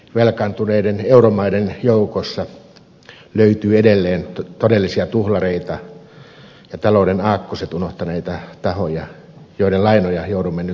velkaantuneiden euromaiden joukosta löytyy edelleen todellisia tuhlareita ja talouden aakkoset unohtaneita tahoja joiden lainoja joudumme nyt takaamaan